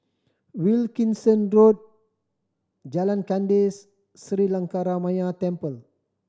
Wilkinson Road Jalan Kandis Sri Lankaramaya Temple